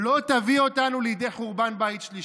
לא תביא אותנו לידי חורבן בית שלישי.